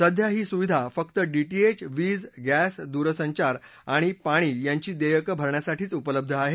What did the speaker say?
सध्या ही सुविधा फक्त डीटीएच वीज गघ्ती दूरसंचार आणि पाणी यांची देयकं भरण्यासाठीच उपलब्ध आहे